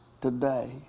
today